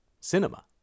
Cinema